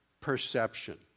perception